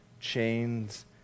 chains